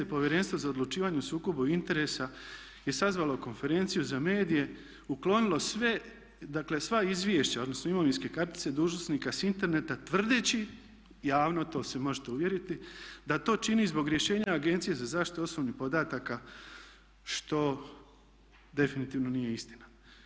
Povjerenstvo za odlučivanje o sukobu interesa je sazvalo konferenciju za medije, uklonilo sve, dakle sva izvješća odnosno imovinske kartice dužnosnika sa interneta tvrdeći javno, to se možete uvjeriti da to čini zbog rješenja Agencije za zaštitu osobnih podataka što definitivno nije istina.